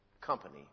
company